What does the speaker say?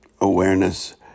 awareness